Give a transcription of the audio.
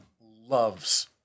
loves